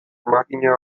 makina